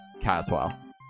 Caswell